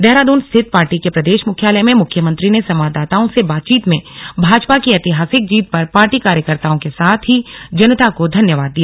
देहरादून स्थित पार्टी के प्रदेश मुख्यालय में मुख्यमंत्री ने संवाददाताओं से बातचीत में भाजपा की ऐतिहासिक जीत पर पार्टी कार्यकर्ताओं के साथ ही जनता को धन्यवाद दिया